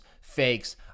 fakes